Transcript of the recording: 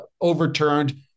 overturned